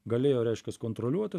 galėjo reiškias kontroliuoti